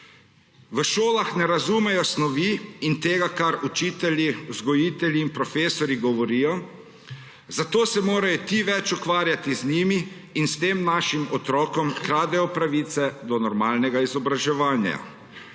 V šolah ne razumejo snovi in tega, kar učitelji, vzgojitelji in profesorji govorijo, zato se morajo ti več ukvarjati z njimi in s tem našim otrokom kradejo pravice do normalnega izobraževanja.